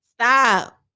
stop